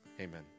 Amen